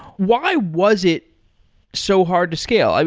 why was it so hard to scale? i